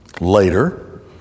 Later